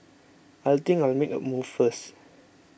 I think I'll make a move first